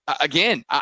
Again